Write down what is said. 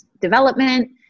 development